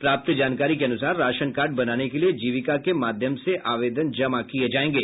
प्राप्त जानकारी के अनुसार राशन कार्ड बनाने के लिए जीविका के माध्यम से आवेदन जमा किये जायेंगे